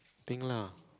thing lah